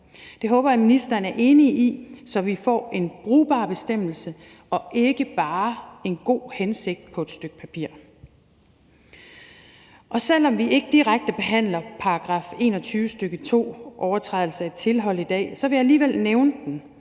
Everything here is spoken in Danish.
Det håber jeg ministeren er enig i, så vi får en brugbar bestemmelse og ikke bare en god hensigt på et stykke papir. Selv om vi ikke direkte behandler § 21, stk. 2, om overtrædelse af et tilhold i dag, vil jeg alligevel nævne den,